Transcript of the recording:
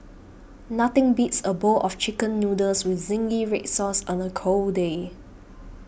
nothing beats a bowl of Chicken Noodles with Zingy Red Sauce on a cold day